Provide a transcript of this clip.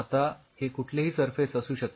आता हे कुठलेही सरफेस असू शकते